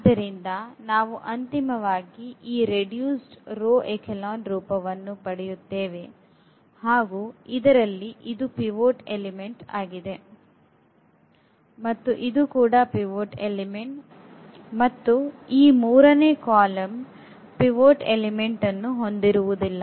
ಆದ್ದರಿಂದ ನಾವು ಅಂತಿಮವಾಗಿ ಈ ರೆಡ್ಯೂಸ್ಡ್ ರೋ ಎಚೆಲಾನ್ ರೂಪವನ್ನು ಪಡೆಯುತ್ತೇವೆ ಹಾಗು ಇದರಲ್ಲಿ ಇದು ಪಿವೋಟ್ ಅಂಶ ವಾಗಿದೆ ಮತ್ತು ಇದು ಪಿವೋಟ್ ಅಂಶವಾಗಿದೆ ಮತ್ತು ಈ ಮೂರನೇ ಕಾಲಮ್ ಪಿವೋಟ್ ಅಂಶವನ್ನು ಹೊಂದಿರುವುದಿಲ್ಲ